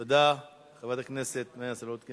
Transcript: תודה, חברת הכנסת מרינה סולודקין.